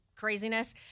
craziness